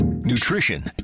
nutrition